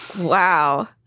wow